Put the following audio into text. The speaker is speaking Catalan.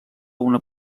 una